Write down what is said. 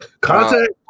contact